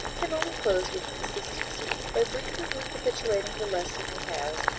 can only close with consistency, by briefly recapitulating the lesson it has,